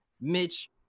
Mitch